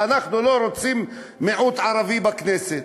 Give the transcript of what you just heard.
אנחנו לא רוצים מיעוט ערבי בכנסת?